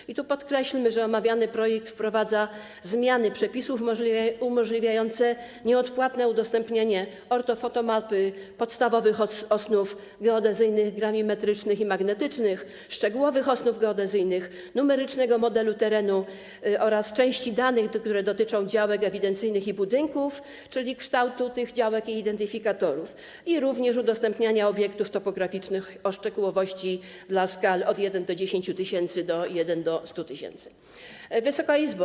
I tu podkreślmy, że omawiany projekt wprowadza zmiany przepisów umożliwiające nieodpłatne udostępnianie ortofotomapy podstawowych osnów geodezyjnych, grawimetrycznych i magnetycznych, szczegółowych osnów geodezyjnych, numerycznego modelu terenu oraz części danych, które dotyczą działek ewidencyjnych i budynków, czyli kształtu tych działek i identyfikatorów, i udostępnianie obiektów topograficznych o szczegółowości dla skali od 1:10 tys. do 1:100 tys. Wysoka Izbo!